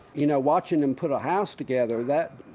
you know, watching them put a house together, that,